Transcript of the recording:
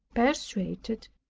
persuaded,